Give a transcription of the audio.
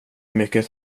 mycket